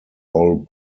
all